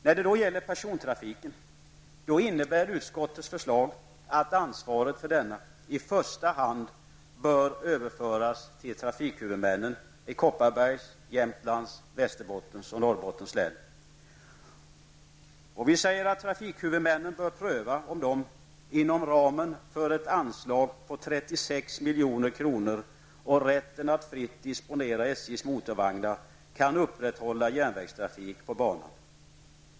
När det gäller persontrafiken innebär utskottets förslag att ansvaret för denna i första hand bör överföras till trafikhuvudmännen i Kopparbergs, Vi säger att trafikhuvudmännen bör pröva om de inom ramen för ett anslag på 36 milj.kr. och rätten att fritt disponera SJs motorvagnar, kan upprätthålla järnvägstrafik på banan.